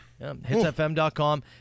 hitsfm.com